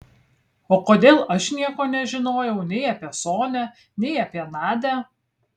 o kodėl aš nieko nežinojau nei apie sonią nei apie nadią